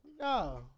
No